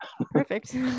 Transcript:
perfect